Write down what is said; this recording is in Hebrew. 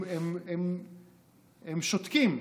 הם שותקים,